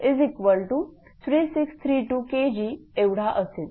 27×10 423632 Kg एवढा असेल